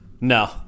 No